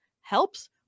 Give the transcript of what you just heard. helps